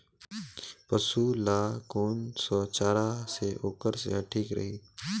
पशु ला कोन स चारा से ओकर सेहत ठीक रही?